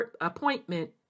appointment